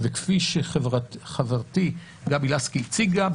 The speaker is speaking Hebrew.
וכפי שחברתי לסקי הציגה,